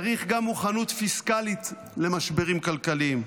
צריך גם מוכנות פיסקלית למשברים כלכליים.